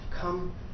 come